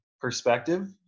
perspective